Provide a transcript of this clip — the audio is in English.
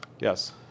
Yes